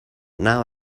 now